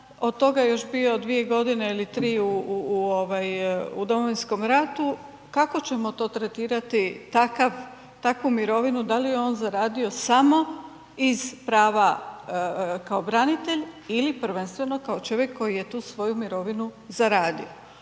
od toga je bio još 2.g. ili 3 u domovinskom ratu, kako ćemo to tretirati takav, takvu mirovinu, da li je on zaradio samo iz prava kao branitelj ili prvenstveno kao čovjek koji je tu svoju mirovinu zaradio.